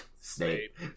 Snape